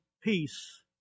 Peace